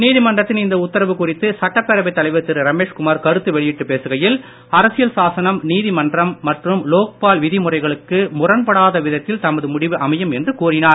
நீதிமன்றத்தின் இந்த உத்தரவு குறித்து சட்டப் பேரவைத் தலைவர் திரு ரமேஷ் குமார் கருத்து வெளியிட்டு பேசுகையில் அரசியல் சாசனம் நீதிமன்றம் மற்றும் லோக்பால் விதிமுறைகளுக்கு முரண்படாத விதத்தில் தமது முடிவு அமையும் என்று கூறினார்